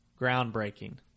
groundbreaking